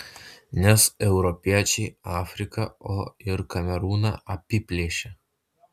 nes europiečiai afriką o ir kamerūną apiplėšė